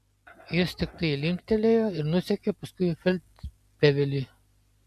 jis tiktai linktelėjo ir nusekė paskui feldfebelį